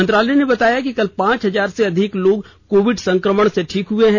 मंत्रालय ने बताया कि कल पांच हजार से अधिक लोग कोविड संक्रमण से ठीक हुए हैं